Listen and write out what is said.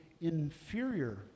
inferior